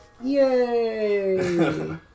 yay